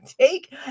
take